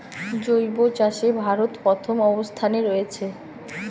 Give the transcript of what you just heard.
জৈব চাষে ভারত প্রথম অবস্থানে রয়েছে